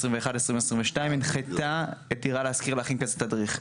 2021-2022 הנחתה את דירה להשכיר להכין כזה תדריך.